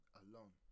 alone